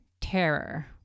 terror